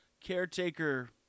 caretaker